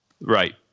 Right